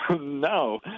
No